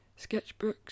sketchbooks